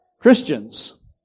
Christians